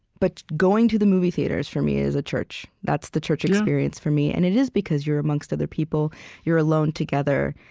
but going to the movie theaters, for me, is a church. that's the church experience for me. and it is because you're amongst other people you're alone together,